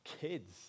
kids